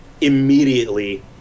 immediately